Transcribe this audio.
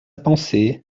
pensée